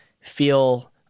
feel